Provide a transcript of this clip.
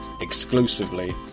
exclusively